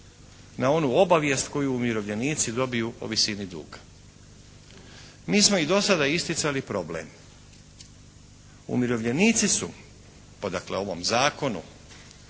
na onu obavijest koju umirovljenici dobiju o visini duga. Mi smo i dosada isticali problem. Umirovljenicu su, po dakle ovom zakonu